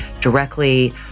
directly